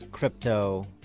Crypto